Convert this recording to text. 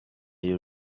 you